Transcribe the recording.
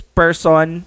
person